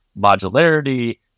modularity